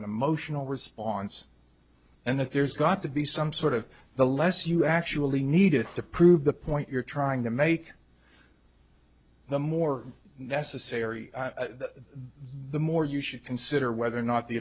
an emotional response and that there's got to be some sort of the less you actually needed to prove the point you're trying to make the more necessary the more you should consider whether or not the